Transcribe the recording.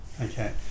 Okay